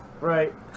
Right